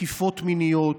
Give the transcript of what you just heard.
תקיפות מיניות,